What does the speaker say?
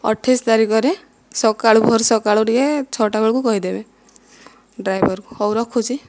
ଅଠେଇଶ ତାରିଖରେ ସକାଳୁ ଭୋର ସକାଳୁ ଟିକେ ଛଅଟା ବେଳକୁ କହିଦେବେ ଡ୍ରାଇଭରକୁ ହଉ ରଖୁଛି